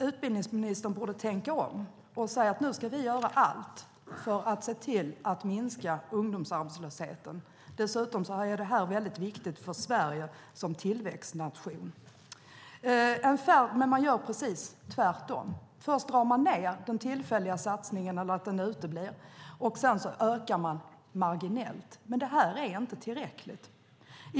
Utbildningsministern borde tänka om och säga att regeringen ska göra allt för att minska ungdomsarbetslösheten. Det är viktigt för Sverige som tillväxtnation. Men man gör precis tvärtom. Först drar man ned på den tillfälliga satsningen, och sedan ökar man den marginellt. Men det är inte tillräckligt.